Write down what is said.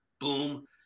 Boom